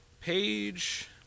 page